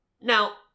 Now